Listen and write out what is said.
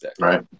Right